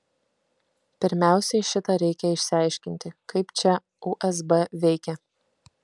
pirmiausiai šitą reikia išsiaiškinti kaip čia usb veikia